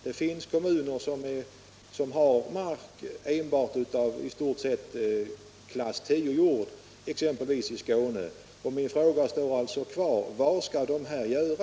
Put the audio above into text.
Det finns kommuner vilkas mark i stort sett enbart består av klass 10-jord, exempelvis i Skåne. Min fråga står alltså kvar: Vad skall dessa kommuner göra?